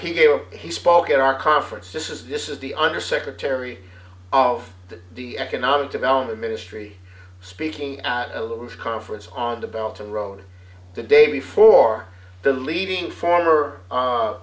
gave he spoke at our conference this is this is the undersecretary of the economic development ministry speaking at a loose conference on the belt and road the day before the leading former